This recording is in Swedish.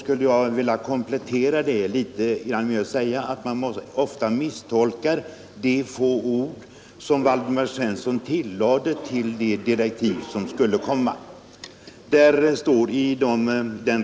skulle jag vilja komplettera hans framställning med att säga att man ofta misstolkar de få ord som Waldemar Svensson fogade till de direktiv som skulle komma.